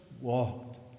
walked